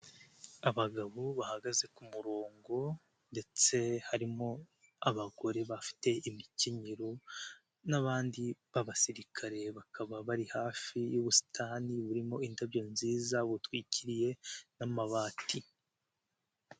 Abagabo bahagaze ku murongo ndetse harimo abagore bafite imikenyero n'abandi b'abasirikare bakaba bari hafi y'ubusitani burimo indabyo nziza butwikiriye n'amabati.